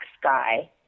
sky